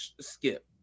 Skip